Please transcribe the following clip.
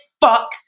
fuck